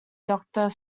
doctor